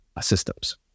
systems